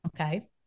Okay